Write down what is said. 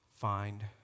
find